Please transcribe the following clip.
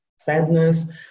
sadness